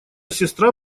сестра